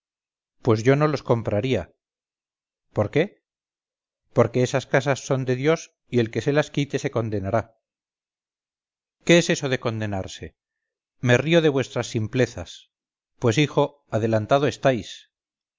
pues yo no los compraría por qué porque esas casas son de dios y el que se las quite se condenará qué es eso de condenarse me río de vuestras simplezas pues hijo adelantado estáis